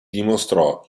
dimostrò